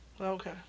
okay